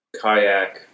kayak